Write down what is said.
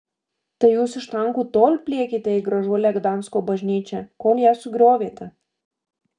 tai jūs iš tankų tol pliekėte į gražuolę gdansko bažnyčią kol ją sugriovėte